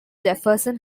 jefferson